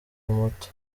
muto